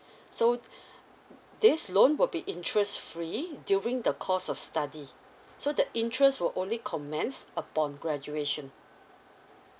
so this loan will be interest free during the course of study so that interest so only commence upon graduation